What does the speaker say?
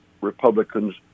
Republicans